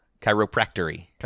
Chiropractory